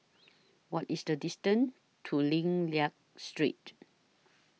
What IS The distance to Lim Liak Street